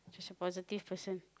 is a positive person